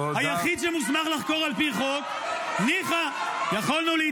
היחיד שמוסמך לחקור על פי חוק -- תודה רבה.